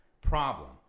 problem